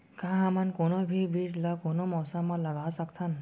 का हमन कोनो भी बीज ला कोनो मौसम म लगा सकथन?